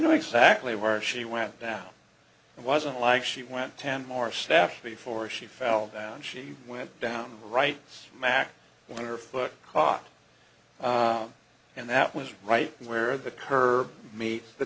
knew exactly where she went down and wasn't like she went ten more staff before she fell down she went down right smack when her foot caught and that was right where the curb meet the